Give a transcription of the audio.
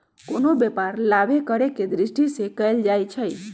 कोनो व्यापार लाभे करेके दृष्टि से कएल जाइ छइ